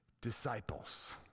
Disciples